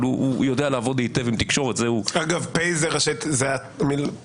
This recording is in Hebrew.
אבל הוא יודע לעבוד היטב עם תקשורת --- אגב פ' זה פורסם.